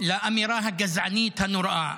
לאמירה הגזענית הנוראה.